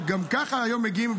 גם ככה היום מגיעים,